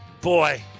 boy